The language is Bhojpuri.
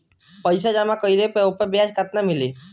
पइसा जमा कइले पर ऊपर ब्याज केतना मिली?